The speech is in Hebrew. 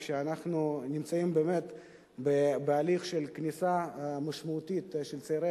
כשאנחנו נמצאים באמת בהליך של כניסה משמעותית של צעירי